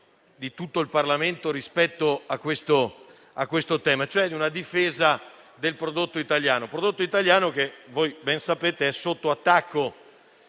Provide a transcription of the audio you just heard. di tutto il Parlamento rispetto a questo tema; una linea di difesa del prodotto italiano che, come voi ben sapete, è sotto attacco,